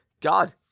God